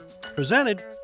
Presented